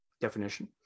definition